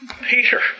Peter